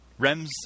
REMS